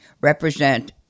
represent